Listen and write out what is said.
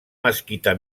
mesquita